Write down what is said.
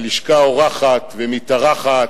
הלשכה אורחת ומתארחת,